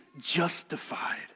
justified